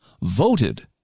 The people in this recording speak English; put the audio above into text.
voted